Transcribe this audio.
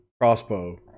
crossbow